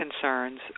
concerns